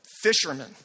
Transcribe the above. fishermen